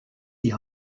die